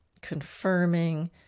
confirming